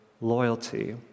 loyalty